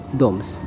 domes